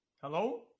Hello